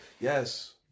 Yes